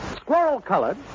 squirrel-colored